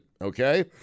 okay